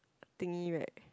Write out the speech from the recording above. thingy right